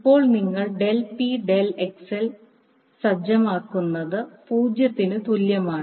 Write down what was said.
ഇപ്പോൾ നിങ്ങൾ del P del x l സജ്ജമാക്കുന്നത് 0 ന് തുല്യമാണ്